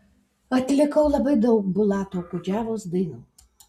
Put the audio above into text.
atlikau labai daug bulato okudžavos dainų